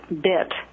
bit